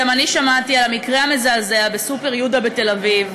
גם אני שמעתי על המקרה המזעזע ב"סופר יודה" בתל-אביב,